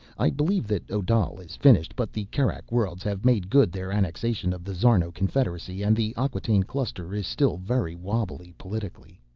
i believe that odal is finished. but the kerak worlds have made good their annexation of the szarno confederacy, and the acquataine cluster is still very wobbly, politically.